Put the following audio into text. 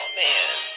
man